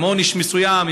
עם עונש מסוים,